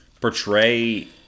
portray